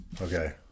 Okay